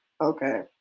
Okay